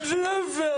זה לא יפה.